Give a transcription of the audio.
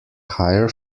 higher